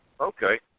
Okay